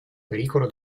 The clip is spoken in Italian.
pericolo